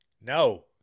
No